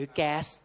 gas